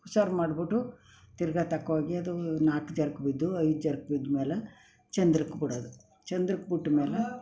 ಹುಷಾರು ಮಾಡಿಬಿಟ್ಟು ತಿರುಗಾ ತಕೊ ಹೋಗಿ ಅದೂ ನಾಕು ಜರ್ಕೊ ಬಿದ್ದು ಐದು ಜರ್ಕೊ ಬಿದ್ದ ಮೇಲೆ ಚಂದ್ರಕ್ಕೆ ಬಿಡೋದು ಚಂದ್ರಕ್ಕೆ ಬಿಟ್ಟ ಮೇಲೆ